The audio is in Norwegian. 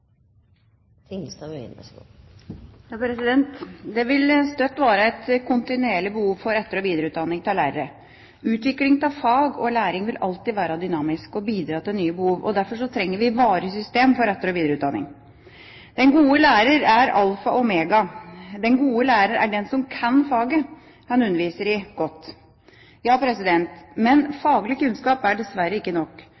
Det vil være et kontinuerlig behov for etter- og videreutdanning av lærere. Utvikling av fag og læring vil alltid være dynamisk og bidra til nye behov. Derfor trenger vi et varig system for etter- og videreutdanning. Den gode lærer er alfa og omega. Den gode lærer er den som kan faget han underviser i, godt.